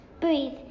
breathe